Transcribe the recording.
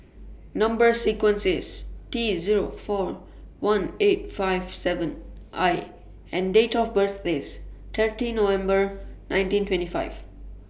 Number sequence IS T Zero four one eight five seven I and Date of birth IS thirty November nineteen twenty five